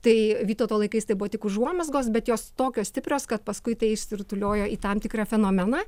tai vytauto laikais tai buvo tik užuomazgos bet jos tokios stiprios kad paskui tai išsirutuliojo į tam tikrą fenomeną